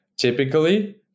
Typically